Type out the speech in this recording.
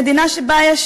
מדינה שבה יש